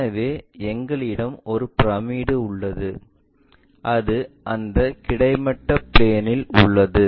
எனவே எங்களிடம் ஒரு பிரமிடு உள்ளது அது அந்த கிடைமட்ட பிளேன்இல் உள்ளது